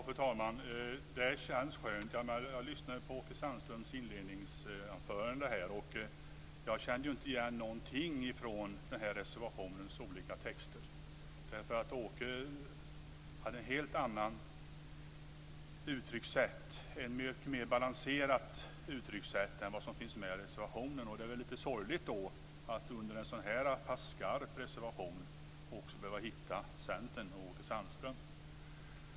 Fru talman! Det känns skönt. Jag lyssnade på Åke Sandströms inledningsanförande, och jag kände inte igen någonting från reservationens olika texter. Åke har ett helt annat, och mer balanserat, uttryckssätt än det som finns i reservationen. Det är lite sorgligt att också behöva hitta Centern och Åke Sandström under en så här pass skarp reservation.